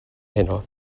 heno